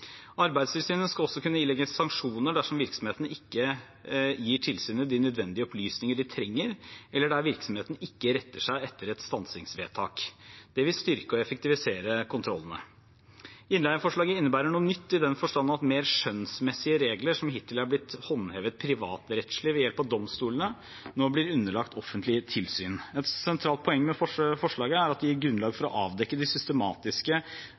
Arbeidstilsynet skal også kunne ilegge sanksjoner dersom virksomhetene ikke gir tilsynet de nødvendige opplysninger de trenger, eller der virksomheten ikke retter seg etter et stansingsvedtak. Det vil styrke og effektivisere kontrollene. Innleieforslaget innebærer noe nytt i den forstand at mer skjønnsmessige regler som hittil er blitt håndhevet privatrettslig ved hjelp av domstolene, nå blir underlagt offentlige tilsyn. Et sentralt poeng med forslaget er at det gir grunnlag for å avdekke de systematiske